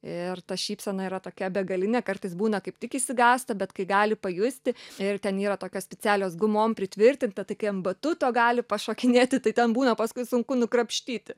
ir ta šypsena yra tokia begalinė kartais būna kaip tik išsigąsta bet kai gali pajusti ir ten yra tokios specialios gumom pritvirtinta tai kai ant batuto gali pašokinėti tai ten būna paskui sunku nukrapštyti